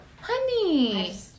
honey